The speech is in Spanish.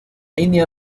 india